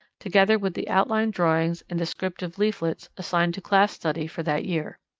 together with the outline drawings and descriptive leaflets assigned to class study for that year.